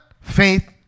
faith